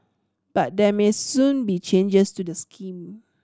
but there may soon be changes to the scheme